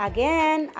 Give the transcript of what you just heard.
Again